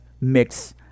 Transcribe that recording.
mix